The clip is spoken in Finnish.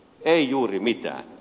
ei juuri mitään